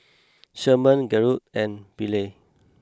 Sherman Gertrude and Billye